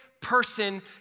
person